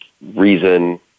reason